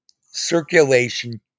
circulation